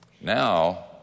Now